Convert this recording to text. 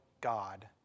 God